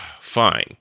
Fine